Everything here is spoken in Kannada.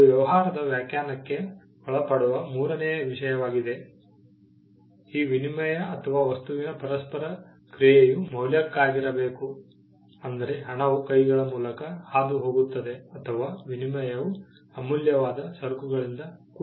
ಅದು ವ್ಯವಹಾರದ ವ್ಯಾಖ್ಯಾನಕ್ಕೆ ಒಳಪಡುವ ಮೂರನೆಯ ವಿಷಯವಾಗಿದೆ ಈ ವಿನಿಮಯ ಅಥವಾ ವಸ್ತುವಿನ ಪರಸ್ಪರ ಕ್ರಿಯೆಯು ಮೌಲ್ಯಕ್ಕಾಗಿರಬೇಕು ಅಂದರೆ ಹಣವು ಕೈಗಳ ಮೂಲಕ ಹಾದುಹೋಗುತ್ತದೆ ಅಥವಾ ವಿನಿಮಯವು ಅಮೂಲ್ಯವಾದ ಸರಕುಗಳಿಂದ ಕೂಡಿದೆ